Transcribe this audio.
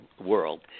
world